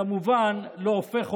לבטיחות ולגהות כדי לעשות פעילות מתואמת,